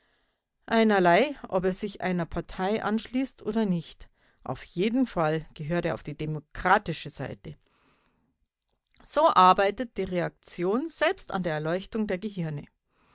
einerlei ob er sich einer partei anschließt oder nicht auf jeden fall gehört er auf die demokratische seite so arbeitet die reaktion selbst an der erleuchtung der gehirne